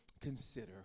Consider